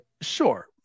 sure